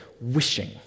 wishing